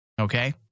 Okay